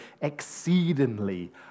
exceedingly